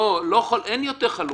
אין יותר חלוקות.